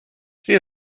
sie